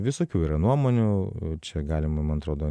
visokių yra nuomonių čia galima man atrodo